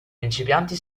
principianti